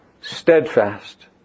steadfast